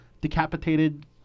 decapitated